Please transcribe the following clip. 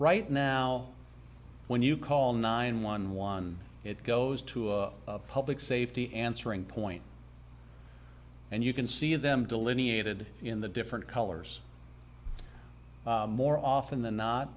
right now when you call nine one one it goes to public safety answering point and you can see them delineated in the different colors more often than not